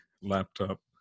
laptop